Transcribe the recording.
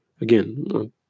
again